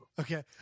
okay